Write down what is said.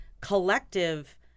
collective